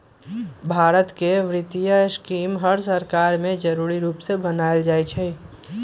भारत के वित्तीय स्कीम हर सरकार में जरूरी रूप से बनाएल जाई छई